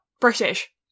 British